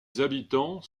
habitants